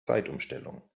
zeitumstellung